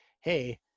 Hey